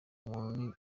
umuntu